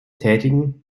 tätigen